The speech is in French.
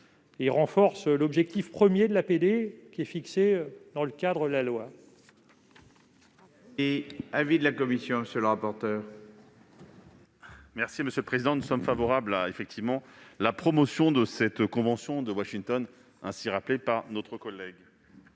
et renforce l'objectif premier de l'APD, fixé dans le cadre de la loi.